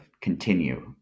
continue